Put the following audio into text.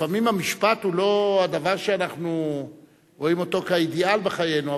לפעמים המשפט הוא לא הדבר שאנחנו רואים אותו כאידיאל בחיינו,